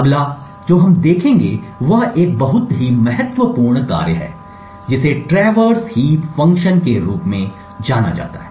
अगला जो हम देखेंगे वह एक बहुत ही महत्वपूर्ण कार्य है जिसे ट्रैवर्स हीप फ़ंक्शन के रूप में जाना जाता है